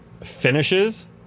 finishes